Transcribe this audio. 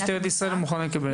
משטרת ישראל לא מוכנה לקבל את זה.